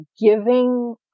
giving